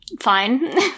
fine